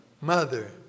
Mother